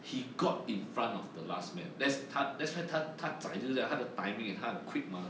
he got in front of the last man that's ta~ that's why 他他 zai 就是这样他的 timing and 他很 quick mah